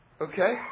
okay